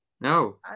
No